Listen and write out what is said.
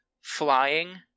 flying